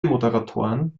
moderatoren